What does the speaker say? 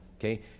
Okay